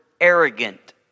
arrogant